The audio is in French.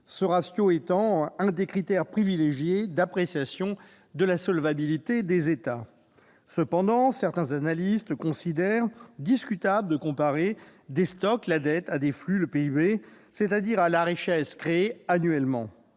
-, comme l'un des critères privilégiés d'appréciation de la solvabilité des États. Néanmoins, certains analystes considèrent qu'il est discutable de comparer un stock, la dette, à un flux, le PIB, c'est-à-dire la richesse créée annuellement.